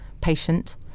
patient